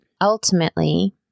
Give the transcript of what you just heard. ultimately